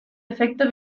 efecto